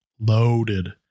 loaded